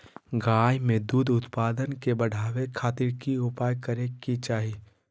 गाय में दूध उत्पादन के बढ़ावे खातिर की उपाय करें कि चाही?